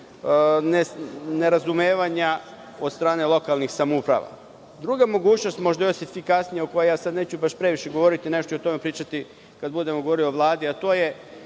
nerazumevanja od strane lokalnih samouprava. Druga mogućnost, možda i efikasnija, o kojoj ja sad neću baš previše govoriti, nešto ću o tome pričati kad budemo govorili o Vladi, a to je